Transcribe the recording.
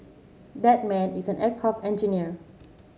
that man is an aircraft engineer